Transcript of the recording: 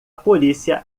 polícia